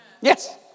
Yes